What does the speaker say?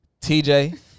TJ